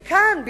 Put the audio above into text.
וכאן,